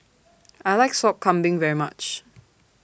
I like Sop Kambing very much